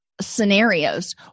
scenarios